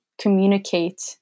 communicate